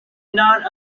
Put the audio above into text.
not